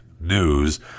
news